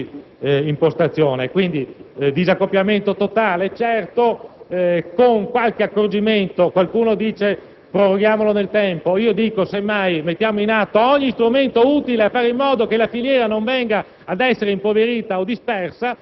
ad uniformarci a questo tipo di impostazione: quindi, certamente disaccoppiamento totale, ma con qualche accorgimento. Qualcuno dice di prorogarlo nel tempo; io dico semmai di mettere in atto ogni strumento utile a fare in modo che la filiera non sia